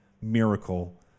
miracle